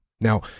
Now